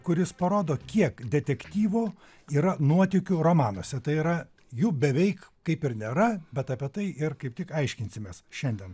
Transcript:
kuris parodo kiek detektyvo yra nuotykių romanuose tai yra jų beveik kaip ir nėra bet apie tai ir kaip tik aiškinsimės šiandien